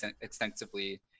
extensively